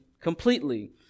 completely